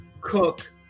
Cook